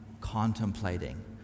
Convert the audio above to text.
contemplating